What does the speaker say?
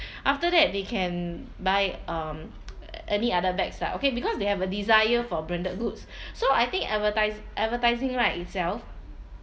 after that they can buy um any other bags lah okay because they have a desire for branded goods so I think advertise advertising right itself